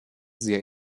sehr